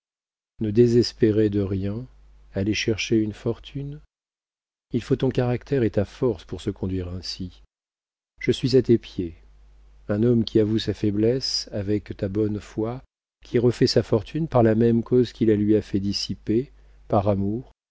ne désespérer de rien aller chercher une fortune il faut ton caractère et ta force pour se conduire ainsi je suis à tes pieds un homme qui avoue sa faiblesse avec ta bonne foi qui refait sa fortune par la même cause qui la lui a fait dissiper par amour